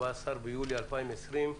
היום ה-14 ביולי 2020,